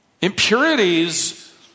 Impurities